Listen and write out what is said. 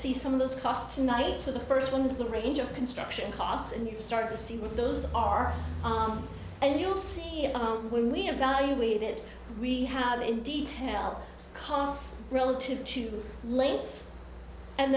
see some of those costs tonight so the first one is the range of construction costs and you start to see with those are and you'll see it when we evaluate it we have in detail costs relative to lengths and